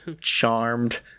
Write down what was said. Charmed